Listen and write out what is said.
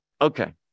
okay